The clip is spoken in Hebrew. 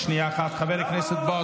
אתה יודע, יש כאן אחדות דעים.